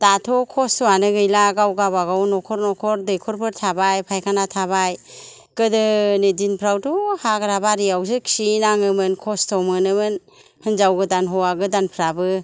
दाथ' खस्थ'यानो गैला गाव गाबा गाव नखर नखर दैखरफोर थाबाय फायखाना थाबाय गोदोनि दिनफ्रावथ' हाग्राबारियावसो खिहैनाङोमोन खस्थ' मोनोमोन हिनजाव गोदान हौवा गोदानफ्राबो